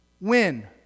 Win